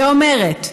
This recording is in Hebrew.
ואומרת: